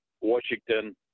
Washington